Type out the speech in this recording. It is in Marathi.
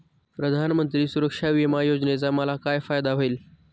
प्रधानमंत्री सुरक्षा विमा योजनेचा मला काय फायदा होईल?